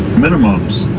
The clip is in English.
minimums.